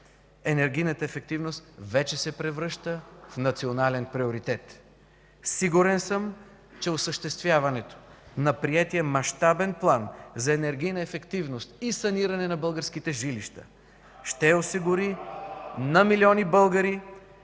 Енергийната ефективност вече се превръща в национален приоритет. Сигурен съм, че осъществяването на приетия мащабен план за енергийна ефективност и саниране на българските жилища (реплики в